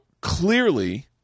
clearly